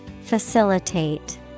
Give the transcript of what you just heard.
Facilitate